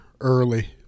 early